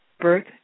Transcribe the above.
Birth